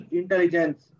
intelligence